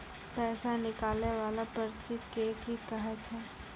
पैसा निकाले वाला पर्ची के की कहै छै?